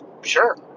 sure